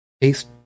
taste